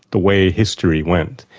the way history went,